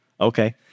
Okay